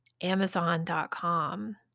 Amazon.com